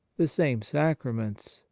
the same sacraments,